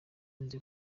nzi